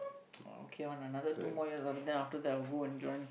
okay one ah another two more years then after that I will go and join